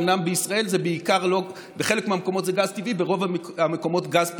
אומנם בישראל בחלק מהמקומות זה גז טבעי,